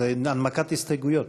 זה הנמקת הסתייגויות.